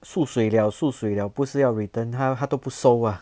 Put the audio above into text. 缩水了缩水了不是要 return 他他都不收 ah